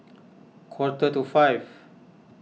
quarter to five